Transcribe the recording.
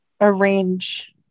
arrange